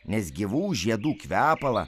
nes gyvų žiedų kvepalą